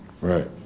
Right